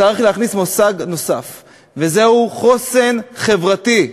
צריך להכניס מושג נוסף והוא חוסן חברתי.